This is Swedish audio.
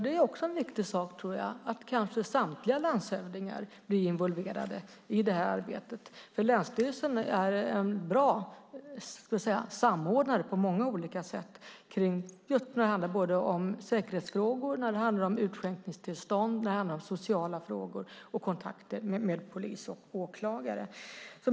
Det är också en viktig sak, tror jag, att kanske samtliga landshövdingar blir involverade i det här arbetet. Länsstyrelsen är en bra samordnare på många olika sätt just när det handlar om säkerhetsfrågor, när det handlar om utskänkningstillstånd och när det handlar om sociala frågor och kontakt med polis och åklagare.